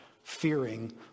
Fearing